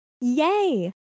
Yay